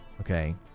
okay